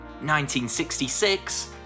1966